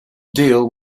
deal